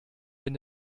wenn